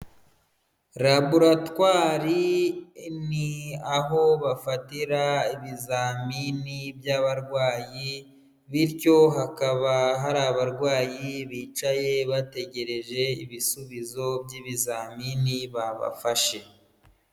Laboratwari ni aho bafatira ibizamini by'abarwayi, bityo hakaba hari abarwayi bicaye bategereje ibisubizo by'ibizamini babafashe.